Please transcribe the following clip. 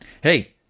Hey